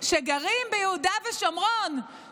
שגרים ביהודה ושומרון,